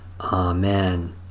Amen